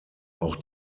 auch